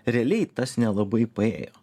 realiai tas nelabai paėjo